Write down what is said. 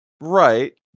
right